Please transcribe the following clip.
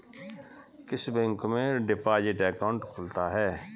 किस बैंक में deposit account खुलता है?